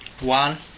one